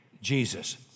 Jesus